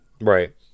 Right